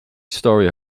story